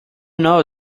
know